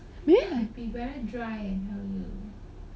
maybe